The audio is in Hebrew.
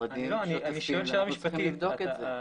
אפשר לבדוק את זה.